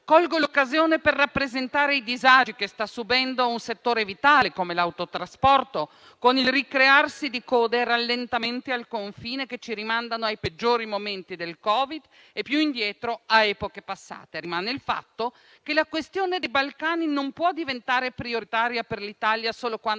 Colgo l'occasione per rappresentare i disagi che sta subendo un settore vitale come l'autotrasporto, con il ricrearsi di code e rallentamenti al confine che ci rimandano ai peggiori momenti del Covid e, più indietro, a epoche passate. Rimane il fatto che la questione dei Balcani non può diventare prioritaria per l'Italia solo quando